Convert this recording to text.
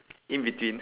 in between